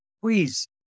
Please